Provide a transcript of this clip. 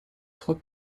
trois